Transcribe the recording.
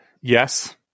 Yes